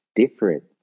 different